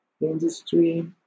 industry